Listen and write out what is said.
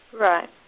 Right